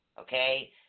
okay